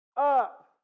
Up